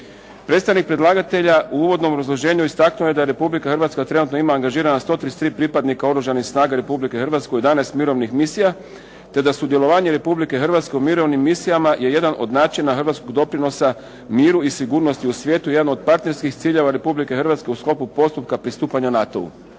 Predstavnik predlagatelja u uvodnom obrazloženju istaknuo je da Republika Hrvatska trenutno ima angažirana 133 pripadnika Oružanih snaga Republike Hrvatske u 11 mirovnih misija te da sudjelovanje Republike Hrvatske u mirovnim misijama je jedan od načina hrvatskog doprinosa miru i sigurnosti u svijetu, jedan od partnerskih ciljeva Republike Hrvatske u sklopu postupka pristupanja NATO-u.